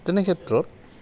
তেনে ক্ষেত্ৰত